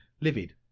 Livid